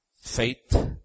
faith